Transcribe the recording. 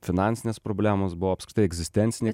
finansinės problemos buvo apskritai egzistencinė